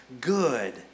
good